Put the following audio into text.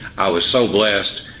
i was so blessed,